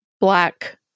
black